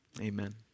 amen